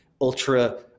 ultra